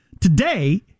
Today